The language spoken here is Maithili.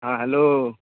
हँ हेलो